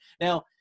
Now